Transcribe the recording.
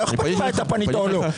לא אכפת לי אם אתה פנית או לא,